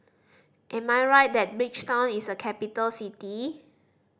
am I right that Bridgetown is a capital city